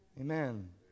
Amen